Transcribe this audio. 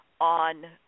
on